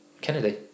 Kennedy